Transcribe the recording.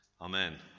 Amen